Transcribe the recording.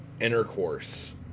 intercourse